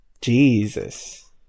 Jesus